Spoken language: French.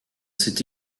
cette